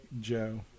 Joe